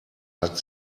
hat